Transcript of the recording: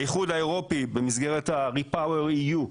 האיחוד האירופי במסגרת ה-REPowerEU,